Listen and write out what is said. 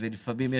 יש